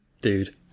Dude